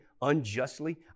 unjustly